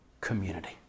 community